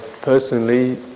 personally